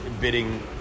bidding